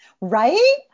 Right